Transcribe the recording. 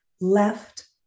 left